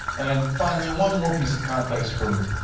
and finally, one more piece of context from